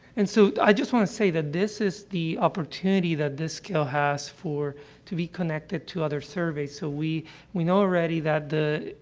and so, i just want to say that this is the opportunity that this scale has for to be connected to other surveys. so, we we know already that the,